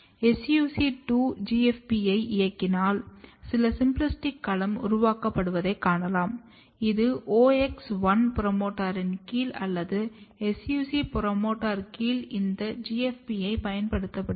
SUC2 GFP ஐ இயக்கினால் சில சிம்பிளாஸ்டிக் களம் உருவாக்கப்படுவதை காணலாம் இது OX1 புரோமோட்டாரின் கீழ் அல்லது SUC2 புரோமோட்டாரின் கீழ் இந்த GFP ஐப் பயன்படுத்துகிறது